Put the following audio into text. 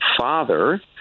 father